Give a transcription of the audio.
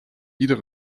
ieder